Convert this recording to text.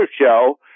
show